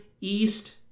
east